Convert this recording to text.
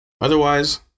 otherwise